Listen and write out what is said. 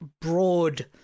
broad